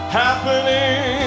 happening